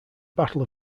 battle